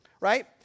right